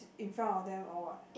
in front of them or what